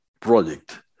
project